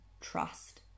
trust